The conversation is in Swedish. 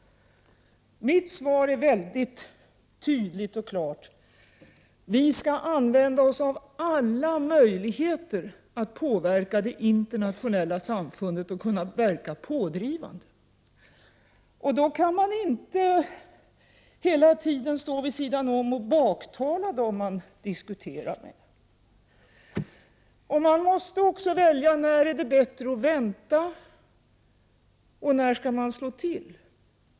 Mitt svar är tydligt och klart: Vi skall använda oss av alla möjligheter att påverka det internationella samfundet och verka pådrivande. Då kan man inte hela tiden stå vid sidan av och baktala dem man diskuterar med. Man måste också välja när det är bättre att vänta och när man skall slå till.